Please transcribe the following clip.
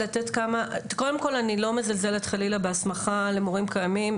קודם כל אני לא מזלזלת חלילה בהסמכה למורים קיימים,